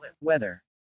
Weather